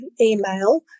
email